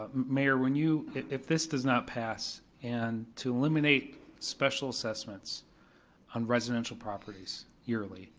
um mayor, when you, if this does not pass, and to eliminate special assessments on residential properties, yearly,